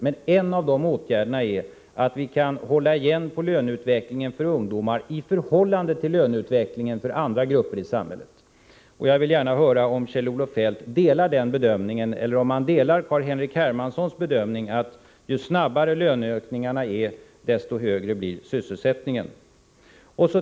En av dem är att hålla igen på löneutvecklingen för ungdomar i förhållande till löneutvecklingen för andra grupper i samhället. Jag vill gärna höra om Kjell-Olof Feldt delar den bedömningen, eller om han delar Carl-Henrik Hermanssons bedömning, att ju snabbare löneökningarna är, desto högre blir sysselsättningen.